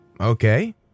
Okay